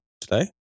today